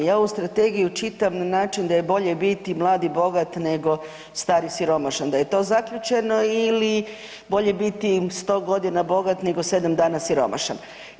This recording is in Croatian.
Ja ovu strategiju čitam na način da je bolje biti mlad i bogat nego star i siromašan, da je to zaključeno ili bolje biti 100 g. bogat nego 7 dana siromašan.